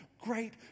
great